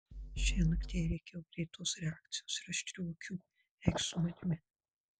šiąnakt jai reikėjo greitos reakcijos ir aštrių akių eikš su manimi